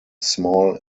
small